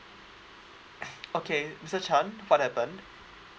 okay mister chan what happened